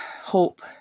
hope